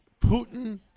Putin